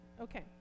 Okay